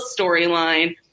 storyline